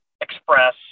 express